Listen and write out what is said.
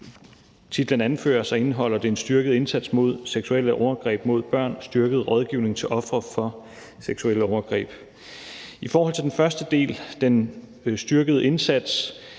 titlen anfører, indeholder det en styrket indsats mod seksuelle overgreb mod børn og en styrket rådgivning til ofre for seksuelle overgreb. I forhold til den første del, den styrkede indsats